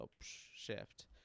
shift